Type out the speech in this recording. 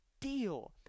deal